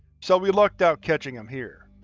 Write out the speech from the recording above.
so we lucked out catching him here.